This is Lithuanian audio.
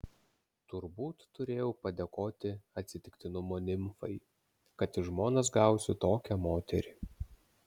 turbūt turėjau padėkoti atsitiktinumo nimfai kad į žmonas gausiu tokią moterį